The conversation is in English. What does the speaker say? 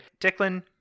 Declan